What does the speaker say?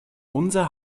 unser